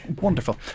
Wonderful